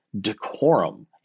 decorum